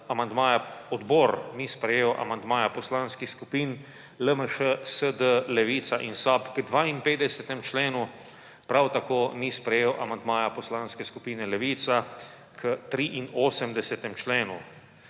sprejel. Odbor ni sprejel amandmaja poslanskih skupin LMŠ, SD, Levica in SAB k 52. členu, prav tako ni sprejel amandmaja Poslanske skupine Levica k 83. členu.